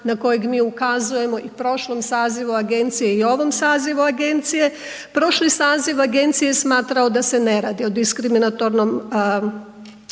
na kojeg mi ukazujemo i u prošlom sazivu agencije i ovom sazivu agencije. Prošli saziv agencije je smatrao da se ne radi o diskriminatornom dokumentu